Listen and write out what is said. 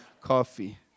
coffee